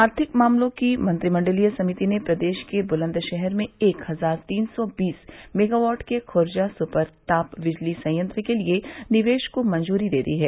आर्थिक मामलों की मंत्रिमंडलीय समिति ने प्रदेश के बुलंदशहर में एक हजार तीन सौ बीस मेगावाट के खुर्जा सुपर ताप बिजली संयंत्र के लिए निवेश को मंजूरी दे दी है